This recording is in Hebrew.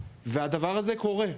והדבר הזה קורה.